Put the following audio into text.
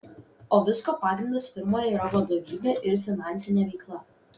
o visko pagrindas firmoje yra vadovybė ir finansinė veikla